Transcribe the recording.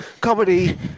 comedy